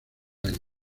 años